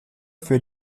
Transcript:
für